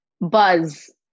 Buzz